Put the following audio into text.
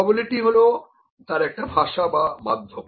probability হলো তার একটা ভাষা বা মাধ্যম